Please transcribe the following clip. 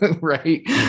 right